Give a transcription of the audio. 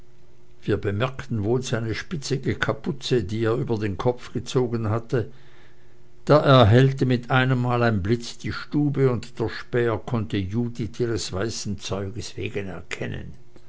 wir bemerkten wohl seine spitzige kapuze die er über den kopf gezogen hatte da erhellte mit einem mal ein blitz die stube und der späher konnte judith ihres weißen zeuges wegen erkennen